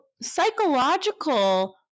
psychological